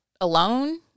alone